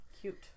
cute